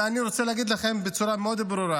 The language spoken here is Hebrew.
ואני רוצה להגיד לכם בצורה מאוד ברורה